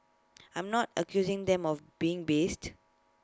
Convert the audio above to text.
I'm not accusing them of being biased